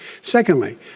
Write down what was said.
Secondly